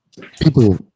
people